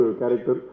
character